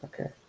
okay